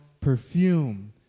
perfume